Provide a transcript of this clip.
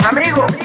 amigo